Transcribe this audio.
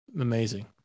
Amazing